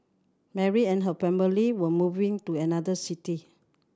Mary and her family were moving to another city